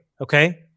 Okay